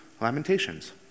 Lamentations